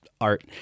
art